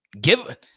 give